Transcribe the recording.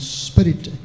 spirit